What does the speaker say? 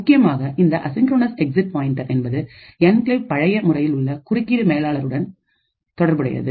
முக்கியமாக இந்த asynchronous exit pointer என்பது என்கிளேவ் பழைய முறையில் உள்ள குறுக்கீடு மேலாளர் உடன் தொடர்புடையது